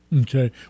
Okay